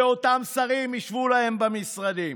ואותם שרים ישבו להם במשרדים.